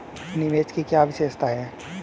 निवेश की क्या विशेषता है?